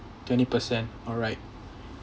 twenty percent alright